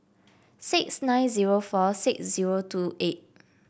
six nine zero four six zero two eight